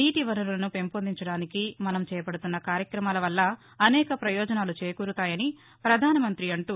నీటి వనరులను పెంపొందించడానికి మనం చేపడుతున్న కార్యక్రమాల వల్ల అనేక పయోజనాలు చేకూరుతున్నాయని ప్రధానమంతి అంటూ